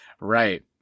Right